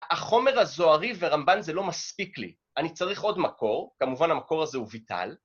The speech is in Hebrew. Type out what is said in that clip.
החומר הזוהרי ורמב"ן זה לא מספיק לי. אני צריך עוד מקור, כמובן המקור הזה הוא ויטל.